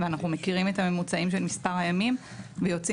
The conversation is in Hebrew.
אנחנו מכירים את הממוצעים של מספר הימים ויוצאים